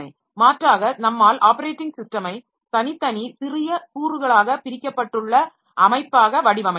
மாற்றாக நம்மால் ஆப்பரேட்டிங் சிஸ்டமை தனித்தனி சிறிய கூறுகளாகப் பிரிக்கப்பட்டுள்ள அமைப்பாக வடிவமைக்கலாம்